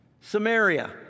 Samaria